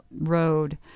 road